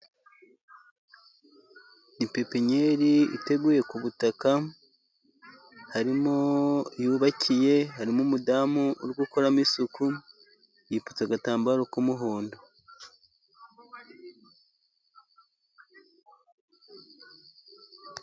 Ni pepiniyeri iteguye ku butaka, yubakiye, harimo umudamu uri gukoramo isuku, yipfutse agatambaro k'umuhondo.